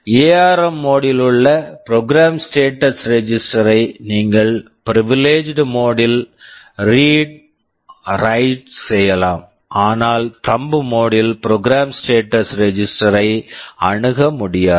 ARM ARM mode mode ல் உள்ள program status register program status register ஐ நீங்கள் பிரிவிலேஜ்ட் privileged மோட் mode ல் ரீட் read வ்ரைட் write செய்யலாம் ஆனால் தம்ப் thumb மோட் mode ல் program status register program status register ஐ அணுக முடியாது